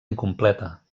incompleta